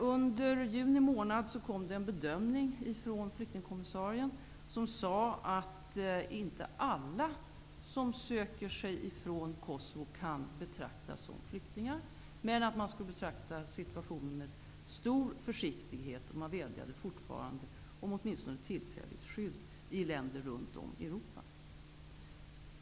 Under juni månad kom en bedömning från flyktingkommissarien, som sade att inte alla som söker sig från Kosovo kan betrakta sig såsom flyktingar men att man skall betrakta situationen med stor försiktighet. Man vädjar fortfarande om åtminstone tillfälligt skydd i länder runt om i Europa.